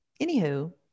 anywho